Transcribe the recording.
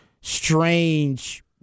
strange